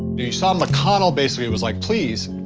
you saw mcconnell basically was like, please,